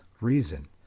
reason